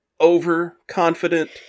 overconfident